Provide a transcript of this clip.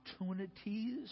opportunities